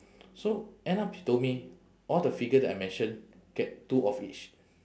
so end up he told me all the figure that I mention get two of each